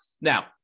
Now